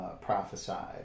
prophesied